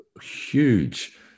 huge